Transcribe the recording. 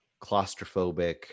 claustrophobic